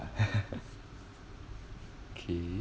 okay